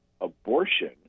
abortion